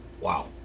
Wow